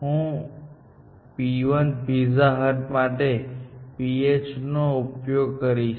હું p 1 Pizza Hut માટે ph નો ઉપયોગ કરીશ